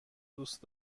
دوست